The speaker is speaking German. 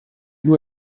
nur